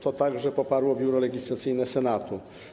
To także poparło Biuro Legislacyjne Senatu.